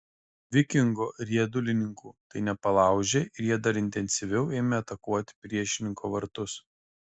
vikingo riedulininkų tai nepalaužė ir jie dar intensyviau ėmė atakuoti priešininko vartus